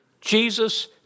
Jesus